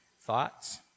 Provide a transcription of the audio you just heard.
Thoughts